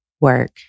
work